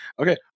Okay